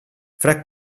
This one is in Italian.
fra